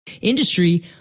Industry